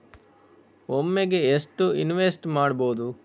ಒಮ್ಮೆಗೆ ಎಷ್ಟು ಇನ್ವೆಸ್ಟ್ ಮಾಡ್ಬೊದು?